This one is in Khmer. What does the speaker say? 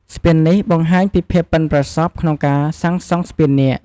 ស្ពាននេះបង្ហាញពីភាពប៉ិនប្រសប់ក្នុងការសាងសង់ស្ពាននាគ។